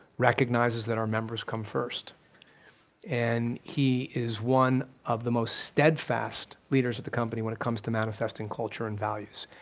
recognizes that our members come first and he is one of the most steadfast leaders of the company when it comes to manifesting culture and values.